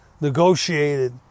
negotiated